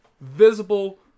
visible